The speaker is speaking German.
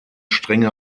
strenge